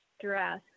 stress